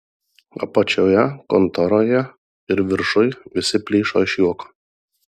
apačioje kontoroje ir viršuj visi plyšo iš juoko